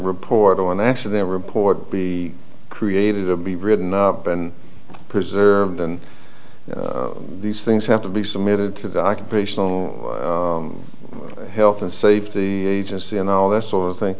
report on the accident report be created to be written up and preserved and these things have to be submitted to the occupational health and safety agency and all that sort of thing